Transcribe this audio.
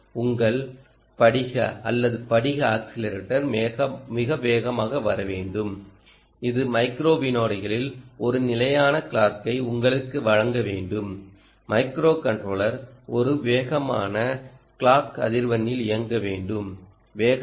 உங்கள் படிக அல்லது படிக ஆஸிலேட்டர் மிக வேகமாக வர வேண்டும் இது மைக்ரோ விநாடிகளில் ஒரு நிலையான கிளாக்கை உங்களுக்கு வழங்க வேண்டும் மைக்ரோ கன்ட்ரோலர் ஒரு வேகமான கிளாக் அதிர்வெண்ணில் இயங்க வேண்டும் வேகமாக